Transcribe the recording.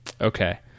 Okay